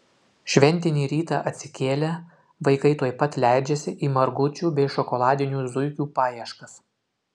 šventinį rytą atsikėlę vaikai tuoj pat leidžiasi į margučių bei šokoladinių zuikių paieškas